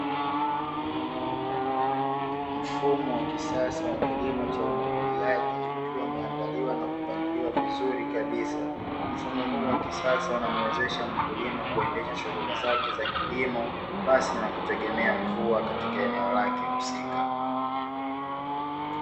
Mfumo wa kisasa wa kilimo cha umwagiliaji ukiwa umeandaliwa na kupangiliwa vizuri kabisa, mfumo huu wa kisasa unamuwezesha mkulima kuendesha shughuli zake za kilimo pasi na kutegemea mvua katika eneo lake husika.